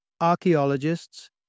archaeologists